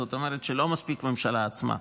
זאת אומרת שלא מספיקה הממשלה עצמה.